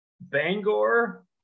Bangor